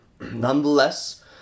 Nonetheless